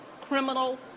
criminal